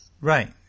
Right